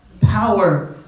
Power